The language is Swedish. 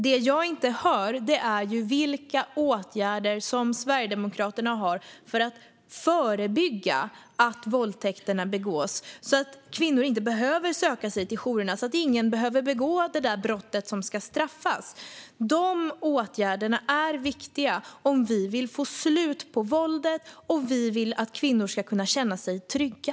Det jag inte hör är vilka åtgärder Sverigedemokraterna har för att förebygga att våldtäkterna begås så att kvinnor inte behöver söka sig till jourerna och så att ingen behöver begå det där brottet som ska straffas. De åtgärderna är viktiga om vi vill få slut på våldet och om vi vill att kvinnor ska kunna känna sig trygga.